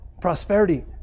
prosperity